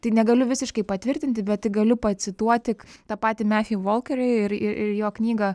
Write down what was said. tai negaliu visiškai patvirtinti bet tik galiu pacituoti tą patį methew wolkerį ir ir jo knygą